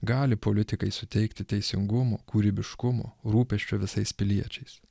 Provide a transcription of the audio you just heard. gali politikai suteikti teisingumo kūrybiškumo rūpesčio visais piliečiais